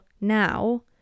now